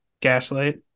gaslight